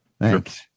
Thanks